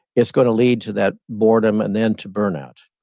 it's gonna lead to that boredom and then to burnout.